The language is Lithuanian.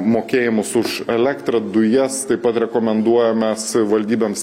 mokėjimus už elektrą dujas taip pat rekomenduojame savivaldybėms